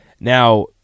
Now